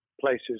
places